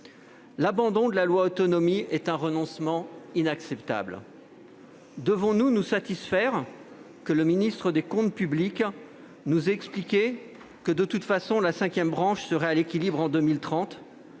L'abandon de la loi Autonomie est un renoncement inacceptable. Devons-nous nous satisfaire que le ministre des comptes publics ait expliqué que la cinquième branche serait à l'équilibre en 2030